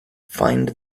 find